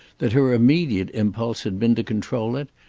that her immediate impulse had been to control it,